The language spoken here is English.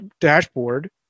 dashboard